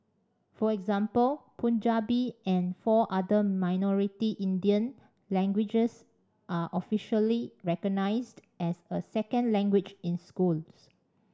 for example Punjabi and four other minority Indian languages are officially recognised as a second language in schools